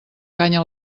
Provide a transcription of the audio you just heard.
canya